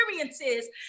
experiences